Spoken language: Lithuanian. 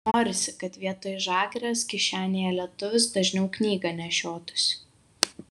norisi kad vietoj žagrės kišenėje lietuvis dažniau knygą nešiotųsi